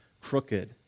crooked